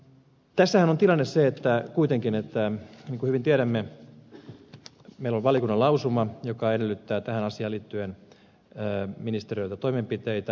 tässähän on tilanne kuitenkin se että niin kuin hyvin tiedämme meillä on valiokunnan lausuma joka edellyttää tähän asiaan liittyen ministeriöltä toimenpiteitä